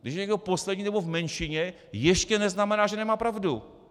Když je někdo poslední nebo v menšině, ještě neznamená, že nemá pravdu.